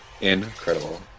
incredible